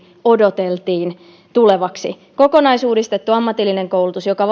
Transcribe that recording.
odoteltiin tulevaksi kokonaisuudistettu ammatillinen koulutus joka